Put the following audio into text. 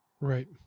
Right